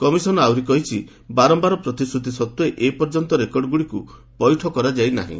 commission ଆହୁରି କହିଛି ବାରମ୍ଘାର ପ୍ରତିଶ୍ରତି ସତ୍ତ୍ୱେ ଏପର୍ଯ୍ୟନ୍ତ ରେକର୍ଡଗୁଡ଼ିକୁ ପଇଠ କରାଯାଇ ନାହିଁ